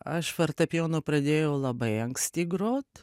aš fortepijonu pradėjau labai anksti grot